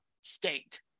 state